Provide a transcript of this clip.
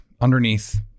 underneath